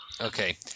Okay